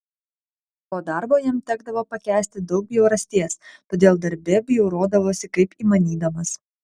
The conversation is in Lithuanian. po darbo jam tekdavo pakęsti daug bjaurasties todėl darbe bjaurodavosi kaip įmanydamas